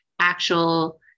actual